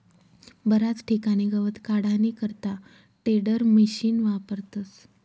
बराच ठिकाणे गवत काढानी करता टेडरमिशिन वापरतस